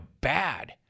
bad